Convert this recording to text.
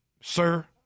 sir